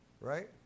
right